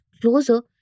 closer